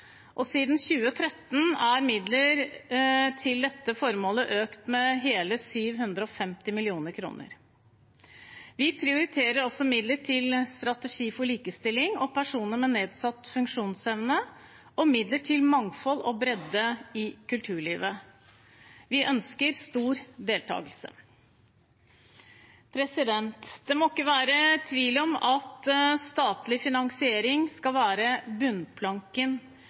2020. Siden 2013 er midler til dette formålet økt med hele 750 mill. kr. Vi prioriterer også midler til strategi for likestilling og personer med nedsatt funksjonsevne og midler til mangfold og bredde i kulturlivet. Vi ønsker stor deltakelse. Det må ikke være tvil om at statlig finansiering skal være bunnplanken